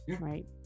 right